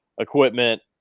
equipment